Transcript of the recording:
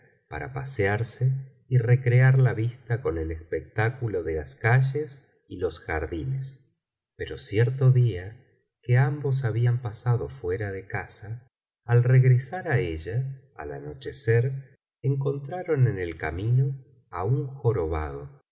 para pasearse y recrear la vista con el espectáculo de las calles y los jardines pero cierto día que ambos habían pasado fuera de casa al regresar á ella al anochecer encontraron en el camino á un jorobado